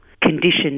conditions